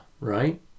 right